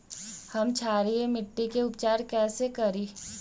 हम क्षारीय मिट्टी के उपचार कैसे करी?